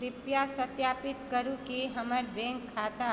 कृपया सत्यापित करू जे हमर बैङ्क खाता